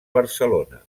barcelona